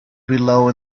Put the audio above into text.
below